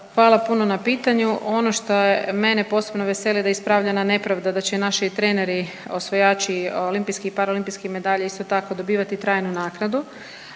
Hvala puno na pitanju. Ono šta mene posebno veseli da je ispravljena nepravda da će i naši treneri osvajači olimpijskih i paraolimpijskih medalja isto tako dobivati trajnu naknadu,